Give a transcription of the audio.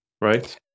right